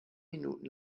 minuten